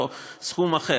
או סכום אחר.